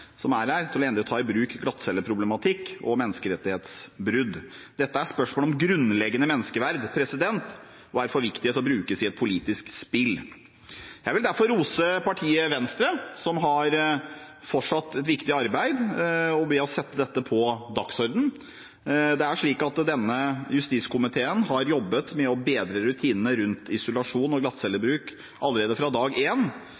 som er her, til endelig å ta tak i glattcelleproblematikk og menneskerettighetsbrudd. Dette er spørsmål om grunnleggende menneskeverd og er for viktige til å brukes i et politisk spill. Jeg vil derfor rose partiet Venstre som har fortsatt et viktig arbeid ved å sette dette på dagsordenen. Det er slik at denne justiskomiteen har jobbet med å bedre rutinene rundt isolasjon og glattcellebruk allerede fra dag én, og i saldert budsjett ble det levert en